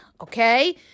okay